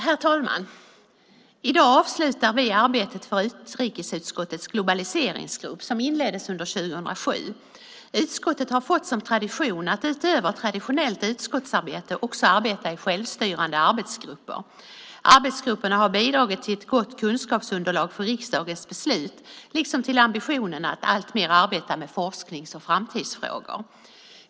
Herr talman! I dag avslutar vi arbetet för utrikesutskottets globaliseringsgrupp, som inleddes under 2007. Utskottet har fått som tradition att, utöver traditionellt utskottsarbete, också arbeta i självstyrande arbetsgrupper. Arbetsgrupperna har bidragit till ett gott kunskapsunderlag för riksdagens beslut liksom till ambitionen att alltmer arbeta med forsknings och framtidsfrågor.